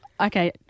okay